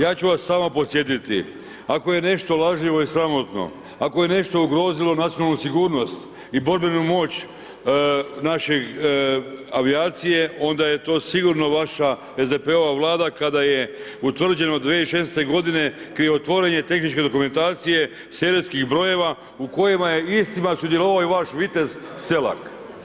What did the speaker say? Ja ću vas samo podsjetiti, ako je nešto lažljivo i sramotno, ako je nešto ugrozilo nacionalnu sigurnost i borbenu moć naše avijacije, onda je to sigurno vaša SDP-ova Vlada kada je utvrđeno 2016. g. krivotvorenje tehničke dokumentacije serijskih brojeva u kojima je istima sudjelovao i vaše vitez Selak.